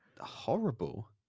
horrible